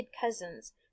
cousins